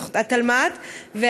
התלמ"ת,